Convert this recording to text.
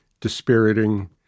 dispiriting